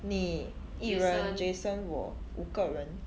你 yi ren jason 我五个人